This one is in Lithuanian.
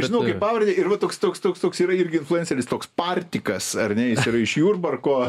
žinau pavardę ir vat toks toks toks toks yra irgi influenceris toks partikas ar ne jis yra iš jurbarko